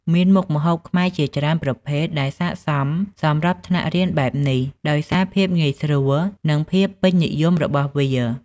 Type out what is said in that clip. មានមុខម្ហូបខ្មែរជាច្រើនប្រភេទដែលស័ក្តិសមសម្រាប់ថ្នាក់រៀនបែបនេះដោយសារភាពងាយស្រួលនិងភាពពេញនិយមរបស់វា។